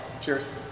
Cheers